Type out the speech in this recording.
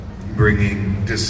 bringing